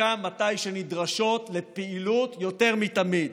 דווקא כשהן נדרשות לפעילות יותר מתמיד.